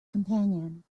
companion